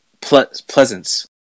Pleasance